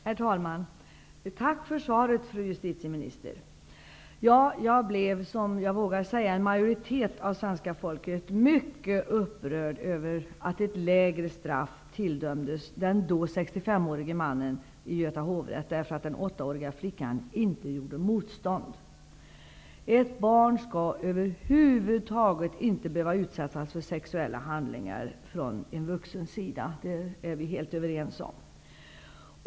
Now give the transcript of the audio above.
Herr talman! Tack för svaret, fru justitieminister! Jag blev -- liksom vågar jag säga, en majoritet av svenska folket -- mycket upprörd över att ett lägre straff tilldömdes den då 65-årige mannen i Göta hovrätt därför att den 8-åriga flickan inte gjorde motstånd. Ett barn skall över huvud taget inte behöva utsättas för sexuella handlingar från en vuxen. Detta är vi helt överens om.